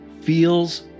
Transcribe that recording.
feels